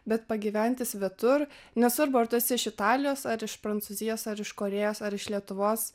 bet pagyventi svetur nesvarbu ar tu esi iš italijos ar iš prancūzijos ar iš korėjos ar iš lietuvos